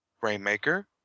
Rainmaker